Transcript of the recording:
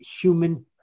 human